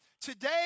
today